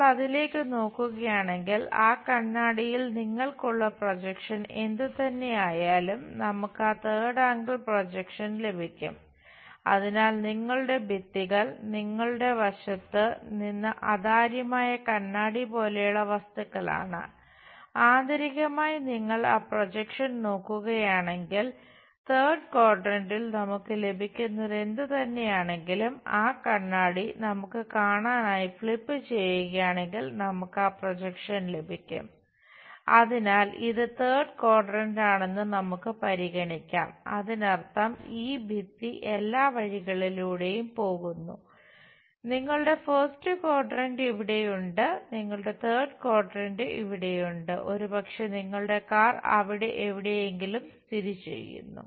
നമ്മൾ അതിലേക്കു നോക്കുകയാണെങ്കിൽ ആ കണ്ണാടിയിൽ നിങ്ങൾക്കുള്ള പ്രൊജക്ഷൻ ലഭിക്കും അതിനാൽ ഇത് തേർഡ് ക്വാഡ്രന്റാണെന്ന് അവിടെ എവിടെയെങ്കിലും സ്ഥിതിചെയ്യുന്നു